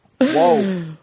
Whoa